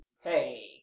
hey